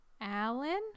alan